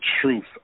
truth